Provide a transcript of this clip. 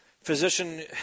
physician